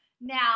Now